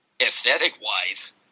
aesthetic-wise